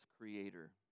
creator